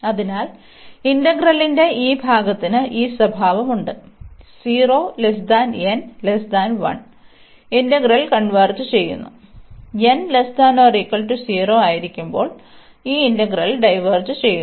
അതിനാൽ ഇന്റഗ്രലിന്റെ ഈ ഭാഗത്തിന് ഈ സ്വഭാവമുണ്ട് ഇന്റഗ്രൽ കൺവെർജ് ചെയ്യുന്നു ആയിരിക്കുമ്പോൾ ഈ ഇന്റഗ്രൽ ഡൈവേർജ് ചെയ്യുന്നു